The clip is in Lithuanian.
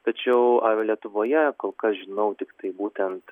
tačiau ar lietuvoje kol kas žinau tiktai būtent